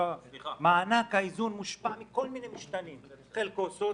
מענק האיזון מושפע מכל מיני משתנים - חלקו סוציו,